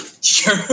Sure